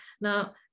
now